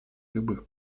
любых